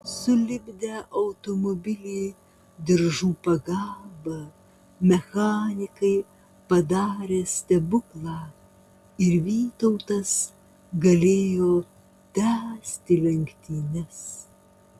sulipdę automobilį diržų pagalbą mechanikai padarė stebuklą ir vytautas galėjo tęsti lenktynes